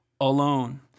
alone